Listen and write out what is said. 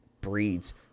breeds